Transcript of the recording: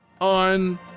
on